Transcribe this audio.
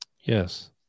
Yes